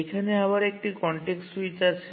এখানে আবার একটি কনটেক্সট সুইচ আছে